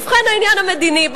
ובכן, העניין המדיני.